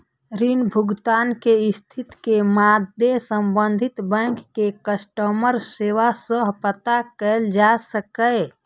ऋण भुगतान के स्थिति के मादे संबंधित बैंक के कस्टमर सेवा सं पता कैल जा सकैए